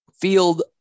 field